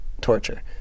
torture